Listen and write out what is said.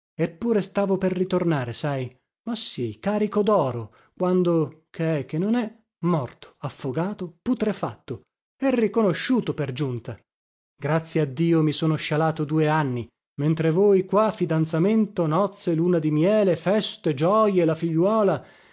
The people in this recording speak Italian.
eppure stavo per ritornare sai ma sì carico doro quando che è che non è morto affogato putrefatto e riconosciuto per giunta grazie a dio mi sono scialato due anni mentre voi qua fidanzamento nozze luna di miele feste gioje la figliuola